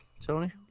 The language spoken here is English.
Tony